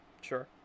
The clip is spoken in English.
Sure